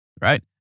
right